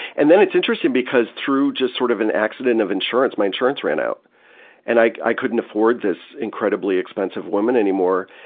and then it's interesting because through just sort of an accident of insurance, my insurance ran out and i couldn't afford this incredibly expensive woman anymore,